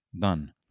done